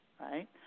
right